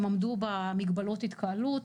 הם עמדו במגבלות ההתקהלות,